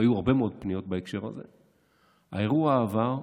והיו הרבה מאוד פניות בהקשר הזה, האירוע עבר,